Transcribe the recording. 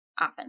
often